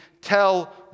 tell